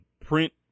print